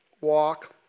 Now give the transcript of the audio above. walk